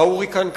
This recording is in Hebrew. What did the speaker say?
ההוריקן "קתרינה"